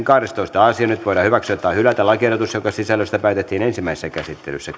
kahdestoista asia nyt voidaan hyväksyä tai hylätä lakiehdotus jonka sisällöstä päätettiin ensimmäisessä käsittelyssä